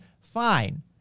fine